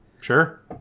Sure